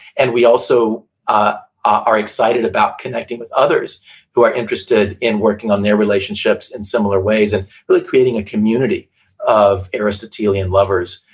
and we also ah are excited about connecting with others who are interested in working on their relationships in similar ways, and really creating a community of aristotelian lovers,